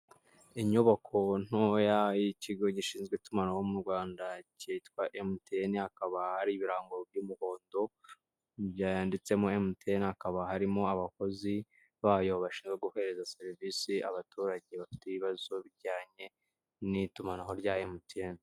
Inyubako ntoya y'ikigo gishinzwe itumanaho mu Rwanda cyitwa MTN, hakaba hari ibirango by'umuhondo byanditsemo MTN, hakaba harimo abakozi bayo bashinzwe guhereza serivisi abaturage bafite ibibazo bijyanye n'itumanaho rya MTN.